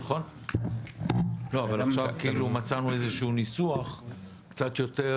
נכון, אבל עכשיו מצאנו איזשהו ניסוח קצת יותר